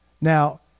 Now